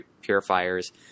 purifiers